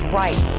right